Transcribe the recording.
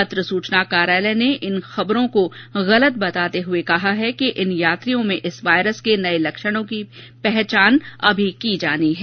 पत्र सूचना कार्यालय ने इन खबरों को गलत बताते हुए कहा है कि इन यात्रियों में इस वायरस के नए लक्षणों की पहचान अभी की जानी है